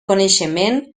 coneixement